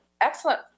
excellent